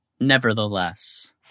Nevertheless